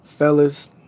fellas